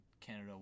Canada